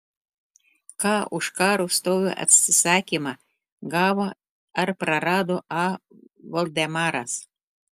ką už karo stovio atsisakymą gavo ar prarado a voldemaras